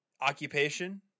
occupation